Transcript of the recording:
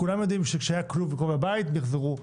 כולם יודעים שכשהיה כלוב ליד הבית הם מיחזרו.